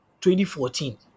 2014